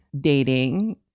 dating